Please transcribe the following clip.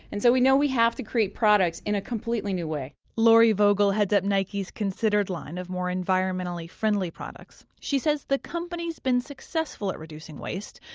and so we know we have to create products in a completely new way lorrie vogel heads up nike's considered line of more environmentally friendly products. she says the company's been successful at reducing waste,